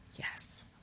Yes